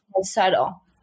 subtle